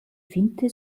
finte